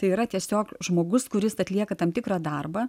tai yra tiesiog žmogus kuris atlieka tam tikrą darbą